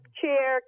chair